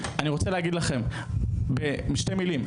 אני רוצה להגיד לכם בשתי מילים,